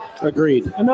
Agreed